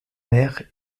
mer